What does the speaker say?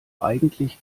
eigentlich